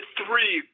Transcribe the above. three